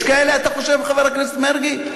יש כאלה, אתה חושב, חבר הכנסת מרגי?